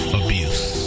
abuse